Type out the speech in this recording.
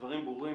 הדברים ברורים.